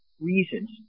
reasons